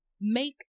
make